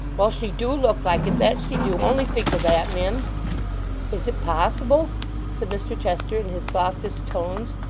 well, she do look like it, that she do. only think of that, mim is it possible said mr chester in his softest tones,